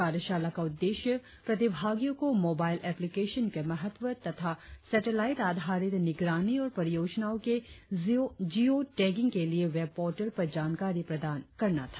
कार्यशाला का उद्देश्य प्रतिभागियों को मोबाइल एप्लिकेशन के महत्व तथा सेटलाईट आधारित निगरानी और परियोजनाओं के जिरो टैगिंग के लिए वेब पोर्टल पर जानकारी प्रदान करना था